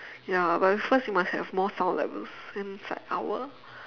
ya but first you must have more sound levels inside our